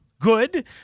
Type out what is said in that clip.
Good